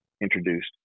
introduced